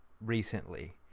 recently